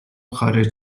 خارج